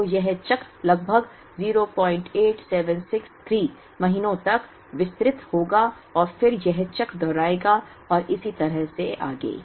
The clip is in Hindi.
तो यह चक्र लगभग 08763 महीनों तक विस्तारित होगा और फिर यह चक्र दोहराएगा और इसी तरह से आदि